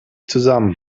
zusammen